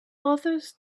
others